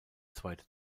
zweite